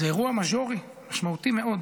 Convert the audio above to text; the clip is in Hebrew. זה אירוע מז'ורי משמעותי מאוד,